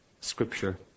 scripture